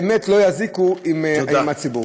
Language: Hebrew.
ובאמת לא יזיקו לציבור.